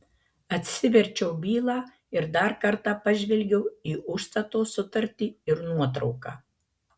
atsiverčiau bylą ir dar kartą pažvelgiau į užstato sutartį ir nuotrauką